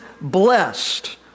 blessed